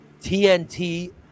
TNT